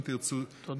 אם תרצו,